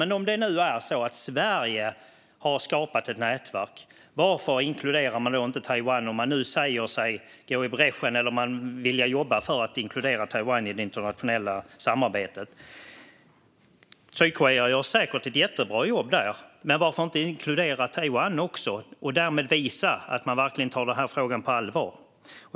Men om det nu är så att Sverige har skapat ett nätverk, varför inkluderar man då inte Taiwan om man nu säger sig gå i bräschen för eller vilja jobba för att inkludera Taiwan i det internationella samarbetet? Sydkorea gör säkert ett jättebra jobb där. Men varför inkluderar man inte Taiwan också för att därmed visa att man verkligen tar denna fråga på allvar?